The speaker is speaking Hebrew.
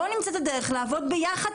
בואו נמצא את הדרך לעבוד ביחד,